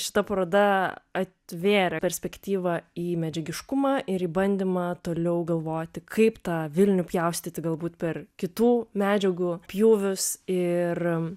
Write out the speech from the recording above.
šita paroda atvėrė perspektyvą į medžiagiškumą ir į bandymą toliau galvoti kaip tą vilnių pjaustyti galbūt per kitų medžiagų pjūvius ir